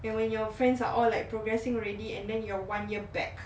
and when your friends are all like progressing already and then you are one year back